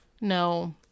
No